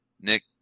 Nick